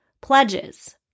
pledges